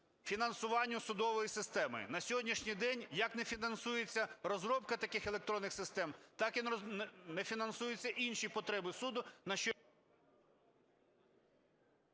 фінансуванню судової системи. На сьогоднішній день як не фінансується розробка таких електронних систем, так і не фінансуються інші потреби суду...